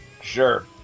Sure